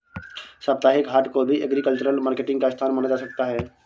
साप्ताहिक हाट को भी एग्रीकल्चरल मार्केटिंग का स्थान माना जा सकता है